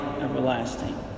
everlasting